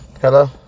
Hello